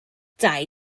dau